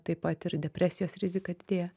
taip pat ir depresijos rizika didėja